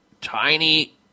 tiny